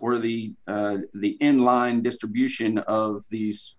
or the the in line distribution of these